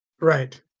Right